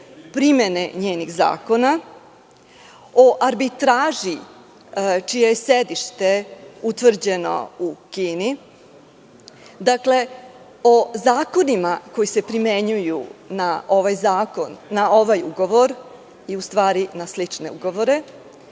primene njenih zakona, o arbitraži čije je sedište utvrđeno u Kini, o zakonima koji se primenjuju na ovaj ugovor i na slične ugovore,